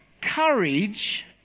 courage